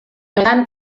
honetan